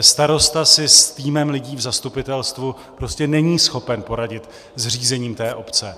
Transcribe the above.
Starosta si s týmem lidí v zastupitelstvu prostě není schopen poradit s řízením té obce.